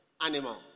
animal